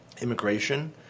immigration